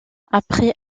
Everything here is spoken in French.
après